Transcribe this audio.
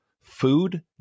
Food